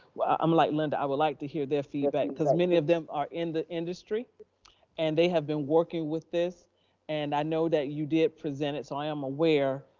i'm like linda, i would like to hear their feedback. cause many of them are in the industry and they have been working with this and i know that you did present it. so i am aware,